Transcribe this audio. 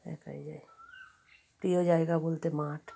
একাই যাই প্রিয় জায়গা বলতে মাঠ